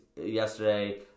yesterday